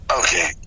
Okay